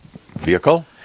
vehicle